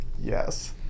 yes